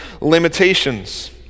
Limitations